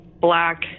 black